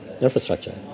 infrastructure